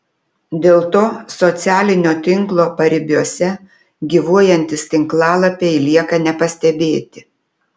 dėl to socialinio tinklo paribiuose gyvuojantys tinklalapiai lieka nepastebėti